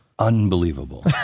Unbelievable